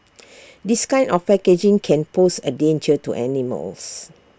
this kind of packaging can pose A danger to animals